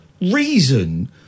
reason